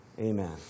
Amen